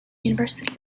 university